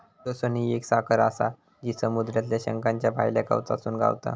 chitosan ही एक साखर आसा जी समुद्रातल्या शंखाच्या भायल्या कवचातसून गावता